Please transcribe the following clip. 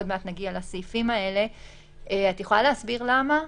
את יכולה להסביר למה?